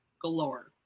galore